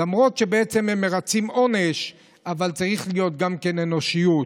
למרות שהם מרצים עונש צריכים להיות גם אנושיים.